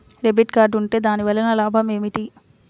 Debit card ఉంటే దాని వలన లాభం ఏమిటీ?